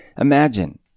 imagine